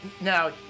now